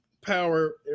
power